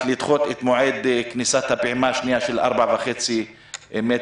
לדחות את מועד כניסת הפעימה השנייה של 4.5 מטר